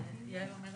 ננעלה